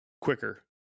quicker